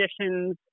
conditions